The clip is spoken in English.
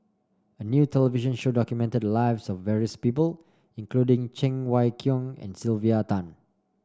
a new television show documented the lives of various people including Cheng Wai Keung and Sylvia Tan